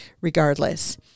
regardless